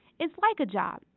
it's like a job,